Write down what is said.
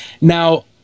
Now